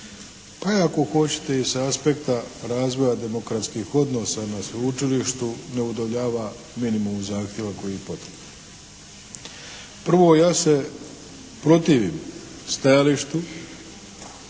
pa i ako hoćete i sa aspekta razvoja demokratskih odnosa na sveučilištu ne udovoljava minimumu zahtjeva koji je potreban. Prvo, ja se protivim stajalištu